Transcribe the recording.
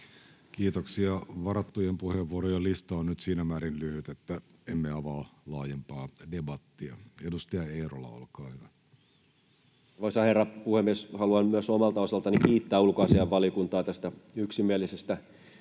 Kiitoksia. — Varattujen puheenvuorojen lista on nyt siinä määrin lyhyt, että emme avaa laajempaa debattia. — Edustaja Eerola, olkaa hyvä. Arvoisa herra puhemies! Haluan myös omalta osaltani kiittää ulkoasiainvaliokuntaa tästä yksimielisestä